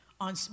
on